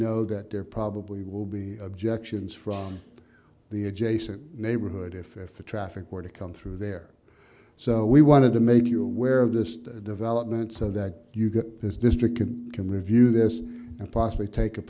know that there probably will be objections from the adjacent neighborhood if if the traffic were to come through there so we wanted to maybe you where this development so that you get this district can review this and possibly take a